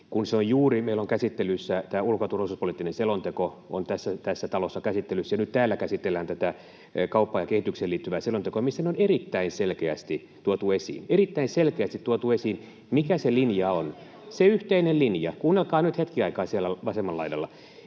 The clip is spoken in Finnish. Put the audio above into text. juuri meillä on tämä ulko- ja turvallisuuspoliittinen selonteko tässä talossa käsittelyssä ja nyt täällä käsitellään tätä kauppaan ja kehitykseen liittyvää selontekoa, missä on erittäin selkeästi tuotu esiin, on erittäin selkeästi tuotu esiin, mikä se linja on, se yhteinen linja. — Kuunnelkaa nyt hetken aikaa siellä vasemmalla laidalla.